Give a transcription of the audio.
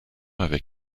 avec